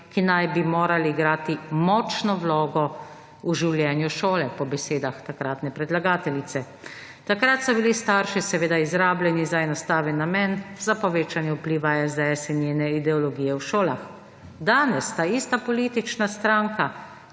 ki naj bi morali igrati močno vlogo v življenju šole, po besedah takratne predlagateljice. Takrat so bili starši seveda izrabljeni za enostaven namen: za povečanje vpliva SDS in njene ideologije v šolah. Danes ta ista politična stranka